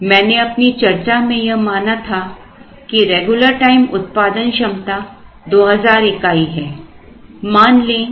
मैंने अपनी चर्चा में यह माना था कि रेगुलर टाइम उत्पादन क्षमता 2000 इकाई है